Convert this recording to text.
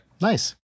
Nice